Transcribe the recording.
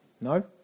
No